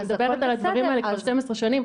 אני מדברת על הדברים האלה כבר 12 שנים.